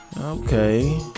okay